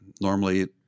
Normally